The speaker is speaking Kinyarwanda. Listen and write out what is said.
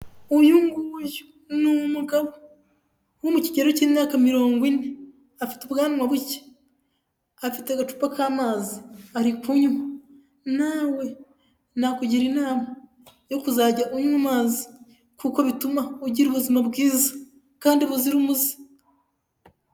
Uyu nguyu ni umugabo wo mu kigero cy'imyaka mirongo ine, afite ubwanwa buke, afite agacupa k'amazi arikunywa, na we nakugira inama yo kuzajya unywa amazi kuko bituma ugira ubuzima bwiza kandi buzira umuze.